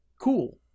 cool